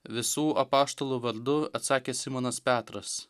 visų apaštalų vardu atsakė simonas petras